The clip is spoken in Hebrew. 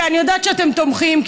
אני יודעת שאתם תומכים,